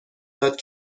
داد